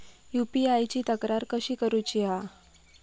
UPI ची तक्रार कशी करुची हा?